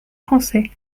français